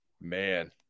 Man